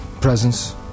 Presents